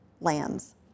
lands